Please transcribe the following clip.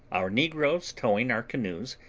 our negroes towing our canoes,